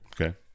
Okay